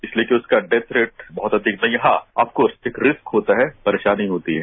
इसलिए क्यॉकि उसका डेथ रेट बहुत अधिक नहीं है हा अफ़कोस एक रिश्क होता है परेशानी होती है